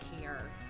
care